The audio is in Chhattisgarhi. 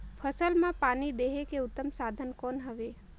फसल मां पानी देहे के उत्तम साधन कौन हवे?